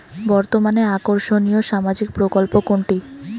বর্তমানে আকর্ষনিয় সামাজিক প্রকল্প কোনটি?